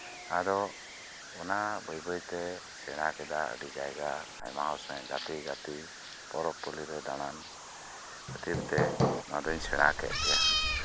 ᱟᱫᱚ ᱚᱱᱟ ᱵᱟᱹᱭ ᱵᱟᱹᱭ ᱛᱤᱧ ᱥᱮᱲᱟ ᱠᱮᱫᱟ ᱟᱹᱰᱤ ᱡᱟᱭᱜᱟ ᱟᱭᱢᱟ ᱦᱚᱲ ᱥᱟᱶ ᱜᱟᱛᱮ ᱜᱟᱛᱮ ᱯᱚᱨᱚᱵᱽ ᱯᱟᱹᱞᱤᱨᱮ ᱫᱟᱬᱟᱱ ᱠᱷᱟᱹᱛᱤᱨᱛᱮ ᱱᱚᱶᱟ ᱫᱚᱧ ᱥᱮᱬᱟ ᱠᱮᱫ ᱜᱮᱭᱟ